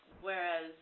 Whereas